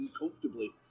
uncomfortably